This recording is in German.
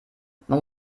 man